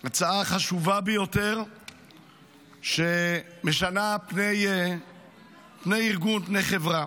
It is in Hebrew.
הצעה חשובה ביותר שמשנה פני ארגון, פני חברה.